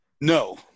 no